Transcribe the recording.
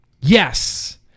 Yes